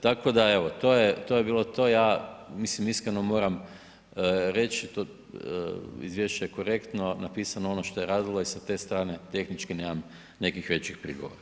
Tako da evo to je bilo to, ja mislim iskreno moram reći to izvješće je korektno napisano ono što je radilo i sa te strane tehnički nemam nekih većih prigovora.